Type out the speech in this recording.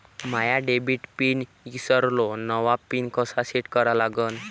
माया debit pin ईसरलो, नवा pin कसा सेट करा लागन?